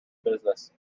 business